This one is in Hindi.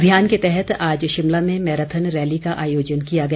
अभियान के तहत आज शिमला में मैराथन रैली का आयोजन किया गया